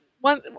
one